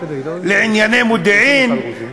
לענייני מודיעין,